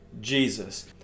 Jesus